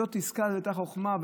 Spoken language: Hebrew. זאת עסקה שהייתה בחוכמה,